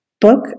book